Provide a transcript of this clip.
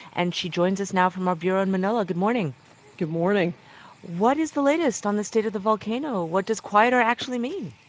and she joins us now from our bureau in manila good morning good morning what is the latest on the state of the volcano? what does quieter actually mean?